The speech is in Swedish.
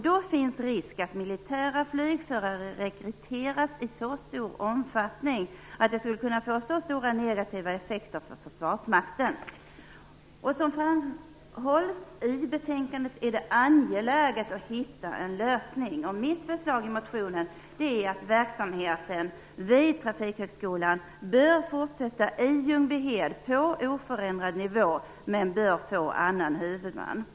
Då finns det risk för att militära flygförare rekryteras i så stor omfattning att det skulle kunna få stora negativa effekter för Försvarsmakten. Som framhålls i betänkandet är det angeläget att hitta en lösning. Mitt förslag i motionen är att verksamheten vid trafikhögskolan bör fortsätta i Ljungbyhed på oförändrad nivå men med annan huvudman.